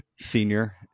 senior